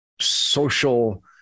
social